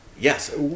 yes